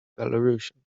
belarusian